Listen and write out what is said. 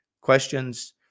questions